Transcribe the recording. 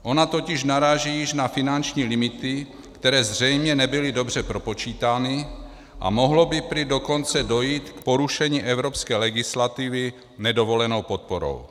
Ona totiž naráží již na finanční limity, které zřejmě nebyly dobře propočítány, a mohlo by prý dokonce dojít k porušení evropské legislativy nedovolenou podporou.